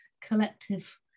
collective